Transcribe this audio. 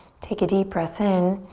take a deep breath in.